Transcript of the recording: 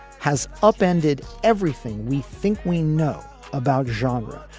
has upended everything we think we know about genre.